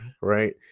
right